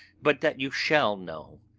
but that you shall know,